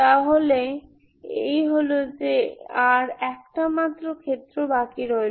তাহলে এই হল যে আর একটি মাত্র ক্ষেত্র বাকি রইল